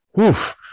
oof